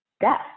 death